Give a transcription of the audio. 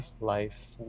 life